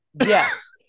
Yes